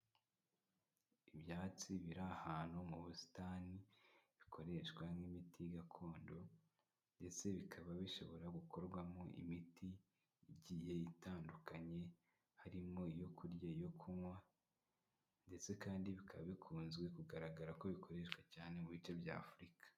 Ibyatsi biri ahantu mu busitani, bikoreshwa nk'imiti gakondo ndetse bikaba bishobora gukorwamo imiti igiye itandukanye, harimo iyo kurya, iyo kunywa ndetse kandi bikaba bikunze kugaragara ko bikoreshwa cyane mu bice bya Afurika.